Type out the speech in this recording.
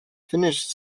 finished